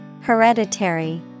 Hereditary